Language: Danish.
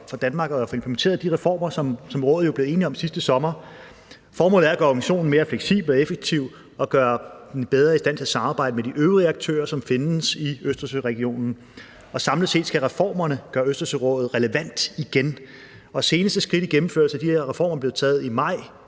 for Danmark at få implementeret de reformer, som rådet jo blev enige om sidste sommer. Formålet er at gøre organisationen mere fleksibel og effektiv og gøre den bedre i stand til at samarbejde med de øvrige aktører, som findes i Østersøregionen, og samlet set skal reformerne gøre Østersørådet relevant igen. Det seneste skridt i gennemførelsen af de her reformer blev taget i maj,